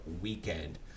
weekend